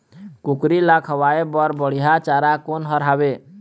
कुकरी ला खवाए बर बढीया चारा कोन हर हावे?